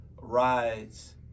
rides